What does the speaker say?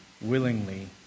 willingly